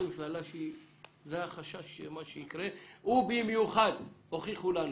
זה החשש של מה שיקרה ובמיוחד הוכיחו לנו